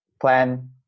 plan